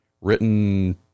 written